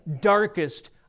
darkest